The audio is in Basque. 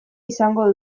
izango